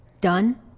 Done